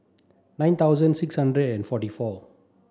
nine thousand six hundred and forty four